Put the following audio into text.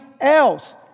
else